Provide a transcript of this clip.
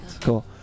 Cool